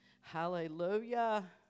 Hallelujah